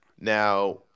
now